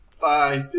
Bye